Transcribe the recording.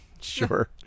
sure